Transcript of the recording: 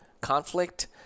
conflict